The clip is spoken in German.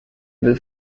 will